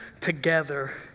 together